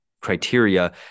criteria